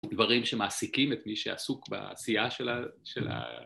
‫דברים שמעסיקים את מי שעסוק ‫בעשייה של ה...